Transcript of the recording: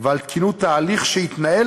ועל תקינות ההליך שיתנהל.